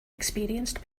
experienced